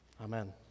Amen